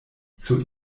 sur